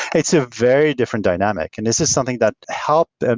it's a very different dynamic, and this is something that help, ah